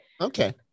okay